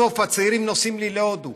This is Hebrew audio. בסוף, הצעירים נוסעים לי להודו